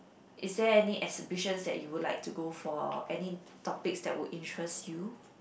is there any exhibitions that you would like to go for any topics that would interest you